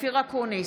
אופיר אקוניס,